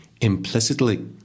implicitly